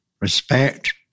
respect